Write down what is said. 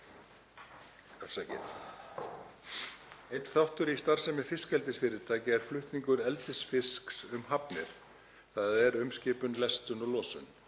Einn þáttur í starfsemi fiskeldisfyrirtækja er flutningur eldisfisks um hafnir, þ.e. umskipun, lestun og losun.